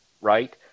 Right